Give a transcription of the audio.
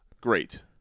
Great